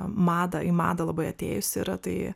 madą į madą labai atėjus yra tai